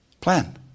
plan